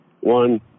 one